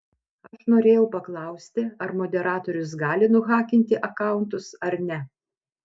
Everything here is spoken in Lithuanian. aš norėjau paklausti ar moderatorius gali nuhakinti akauntus ar ne